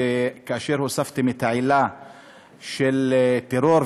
שכאשר הוספתם את העילה של טרור,